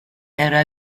era